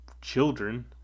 children